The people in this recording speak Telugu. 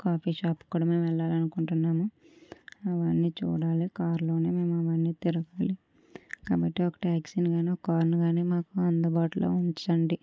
కాఫీ షాప్ కూడా మేము వెళ్లాలనుకుంటున్నాము అవన్నీ చూడాలి కార్లోనే మేము అవన్నీ తిరగాలి కాబట్టి ఒక టాక్సీని కాని ఒక కార్ను కాని మాకు అందుబాటులో ఉంచండి